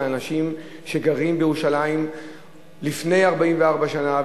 על אנשים שגרים בירושלים מלפני 44 שנה,